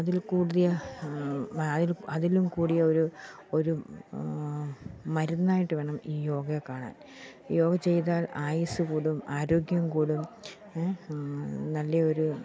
അതിൽ കൂടിയ അതിൽ അതിലും കൂടിയ ഒരു ഒരു മരുന്നായിട്ട് വേണം ഈ യോഗയെ കാണാൻ ഈ യോഗ ചെയ്താൽ ആയുസ്സ് കൂടും ആരോഗ്യം കൂടും നല്ല ഒരു